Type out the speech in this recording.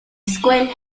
escuela